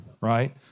right